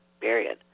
Period